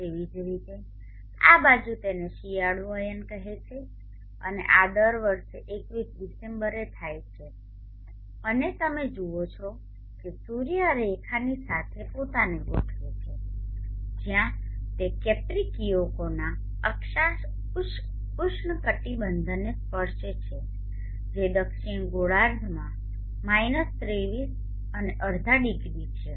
તેવી જ રીતે આ બાજુ તેને શિયાળુ અયન કહેવામાં આવે છે અને આ દર વર્ષે 21 ડિસેમ્બરે થાય છે અને તમે જુઓ છો કે સૂર્ય આ રેખાની સાથે પોતાને ગોઠવે છે જ્યાં તે કેપ્રિકિઓ ના અક્ષાંશ ઉષ્ણકટિબંધને સ્પર્શે છે જે દક્ષિણ ગોળાર્ધમાં 23 અને અડધા ડિગ્રી છે